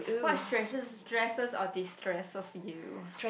what stresses stresses or destresses you